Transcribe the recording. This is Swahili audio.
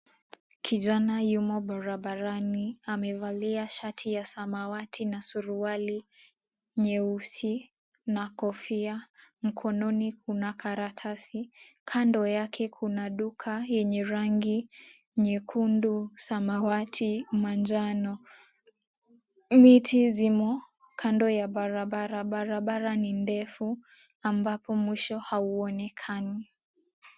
Kijana yumo barabarani. Amevalia shati ya samawati na suruali nyeusi na kofia. Mkononi kuna karatasi, kando yake kuna duka yenye rangi nyekundu, samawati, manjano. Miti zimo kando ya barabara. Barabara ni ndefu ambapo mwisho hauonekani.